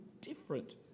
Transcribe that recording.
different